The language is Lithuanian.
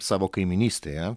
savo kaimynystėje